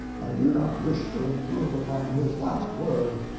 i do not wish to improve upon his last word.